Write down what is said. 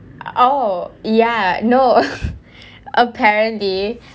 oh ya no apparently